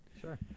sure